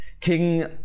king